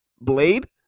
Blade